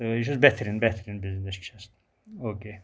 تہٕ یہِ چھُس بہتریٖن بہتریٖن بِزنٮ۪س سُہ چھس او کے ٹھینٛک یوٗ